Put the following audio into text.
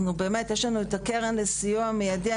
יש לנו את הקרן לסיוע מיידי.